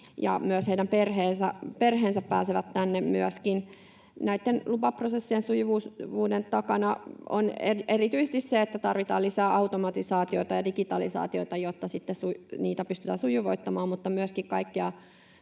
ja myös heidän perheensä pääsevät tänne. Näitten lupaprosessien sujuvuuden takana on erityisesti se, että tarvitaan lisää automatisaatiota ja digitalisaatiota, jotta sitten niitä pystytään sujuvoittamaan, mutta myöskin kaikkia